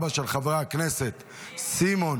2024, של חברי הכנסת סימון